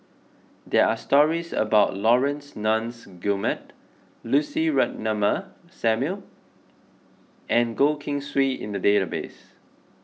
there are stories about Laurence Nunns Guillemard Lucy Ratnammah Samuel and Goh Keng Swee in the database